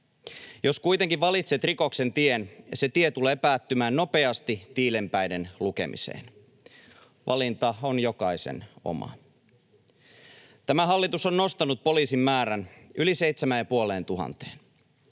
Jos kuitenkin valitset rikoksen tien, se tie tulee päättymään nopeasti tiilenpäiden lukemiseen. Valinta on jokaisen oma. Tämä hallitus on nostanut poliisien määrän yli 7 500:een.